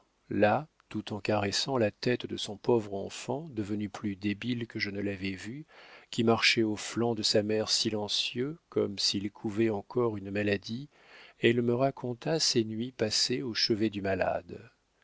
là tout en caressant la tête de son pauvre enfant devenu plus débile que je ne l'avais vu qui marchait aux flancs de sa mère silencieux comme s'il couvait encore une maladie elle me raconta ses nuits passées au chevet du malade